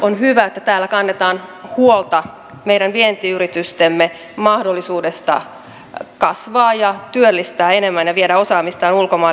on hyvä että täällä kannetaan huolta meidän vientiyritystemme mahdollisuudesta kasvaa ja työllistää enemmän ja viedä osaamistaan ulkomaille